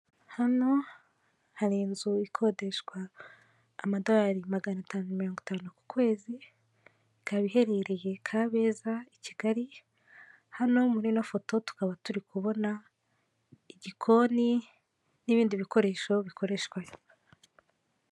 Hano hari inzu ikodeshwa amadorari magana atanu mirongo itanu ku kwezi, ikaba iherereye Kabeza, i Kigali, hano muri ino foto tukaba turi kubona igikoni, n'ibindi bikoresho bikoreshwa.